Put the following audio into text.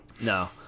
no